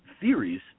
theories